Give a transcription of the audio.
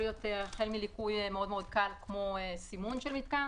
אם זה ליקוי מאוד מאוד קל כמו סימון של מתקן,